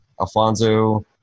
Alfonso